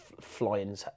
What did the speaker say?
flying